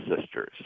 sisters